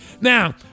Now